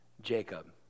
Jacob